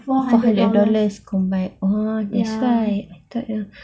four hundred dollars combined oh that's why I thought the